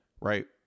right